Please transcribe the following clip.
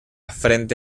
frente